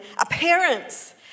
appearance